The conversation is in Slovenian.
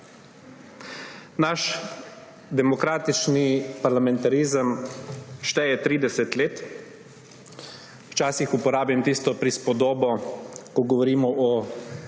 Naš demokratični parlamentarizem šteje 30 let. Včasih uporabim tisto prispodobo, ko govorimo o